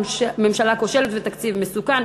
ממשלה כושלת ותקציב מסוכן.